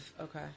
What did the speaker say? Okay